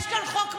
יש כאן חוק מצוין,